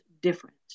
different